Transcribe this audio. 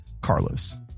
Carlos